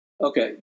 Okay